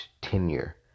tenure